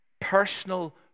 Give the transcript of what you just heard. Personal